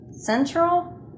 Central